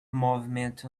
movement